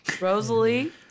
Rosalie